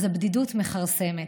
אז הבדידות מכרסמת.